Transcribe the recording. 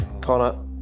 Connor